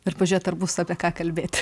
ir pažiūrėt ar bus apie ką kalbėti